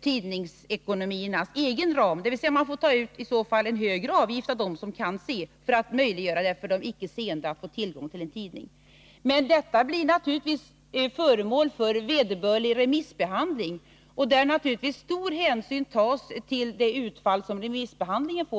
tidningarnas egna ekonomiska ramar. Man får alltså ta ut en högre avgift av dem som kan se, för att möjliggöra för de icke seende att få tillgång till en tidning. Men utredningens arbete blir naturligtvis föremål för vederbörlig remissbehandling, och stor hänsyn måste tas till det utfall remissbehandlingen får.